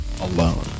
alone